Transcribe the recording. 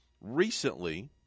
recently